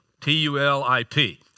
T-U-L-I-P